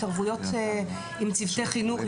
התערבויות עם צוותי חינוך,